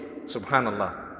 Subhanallah